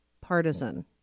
partisan